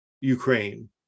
ukraine